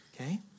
okay